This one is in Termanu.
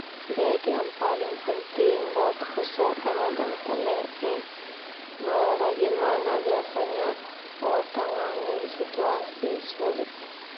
Yang paling penting buat o soda ma no bagaimana biasanya o tangangi situasi sulit.